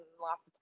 lots